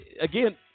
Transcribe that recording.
again